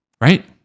right